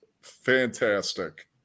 fantastic